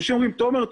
אנשים אומרים: תומר,